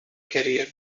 career